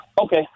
Okay